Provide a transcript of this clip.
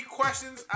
questions